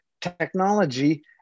technology